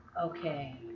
Okay